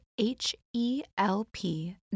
H-E-L-P